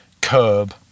curb